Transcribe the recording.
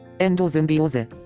Endosymbiose